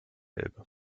elbe